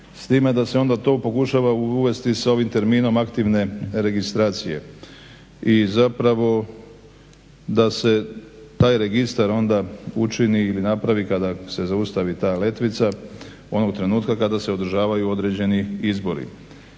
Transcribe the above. s time da se to onda pokušava uvesti s ovim terminom aktivne registracije i zapravo da se taj registar onda učini ili napravi kada se zaustavi ta letvica, onog trenutka kada se održavaju određeni izbori